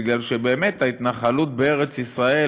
בגלל שבאמת ההתנחלות בארץ-ישראל,